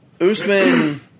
Usman